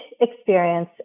experience